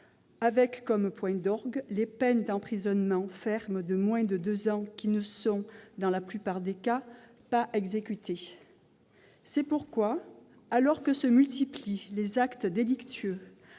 avec la question des peines d'emprisonnement ferme de moins de deux ans qui, dans la plupart des cas, ne sont pas exécutées. C'est pourquoi, alors que se multiplient les actes délictueux